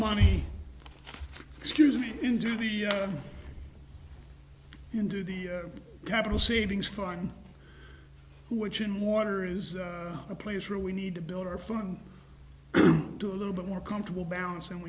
money excuse me into the into the capital savings farm which in water is a place where we need to build our farm do a little bit more comfortable balance and